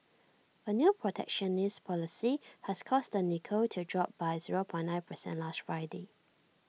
A new protectionist policy has caused the Nikkei to drop by zero point nine percent last Friday